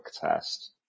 test